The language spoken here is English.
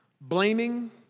blaming